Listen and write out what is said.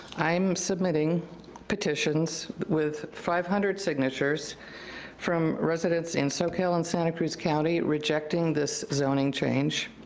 i'm submitting petitions with five hundred signatures from residents in soquel and santa cruz county, rejecting this zoning change.